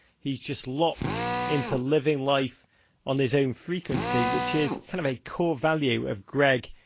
he's just locked into living life on his own frequency, which is, kind of a core value of greg,